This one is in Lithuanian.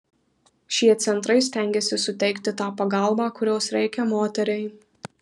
šie centrai stengiasi suteikti tą pagalbą kurios reikia moteriai